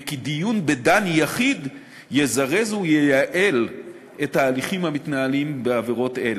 וכי דיון בדן יחיד יזרז וייעל את התהליכים המתנהלים בעבירות אלה.